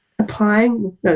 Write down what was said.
Applying